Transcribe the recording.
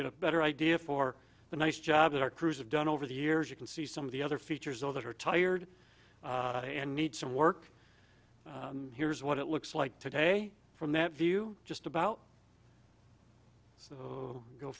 get a better idea for the nice job that our crews have done over the years you can see some of the other features all that are tired and need some work here's what it looks like today from that view just about to go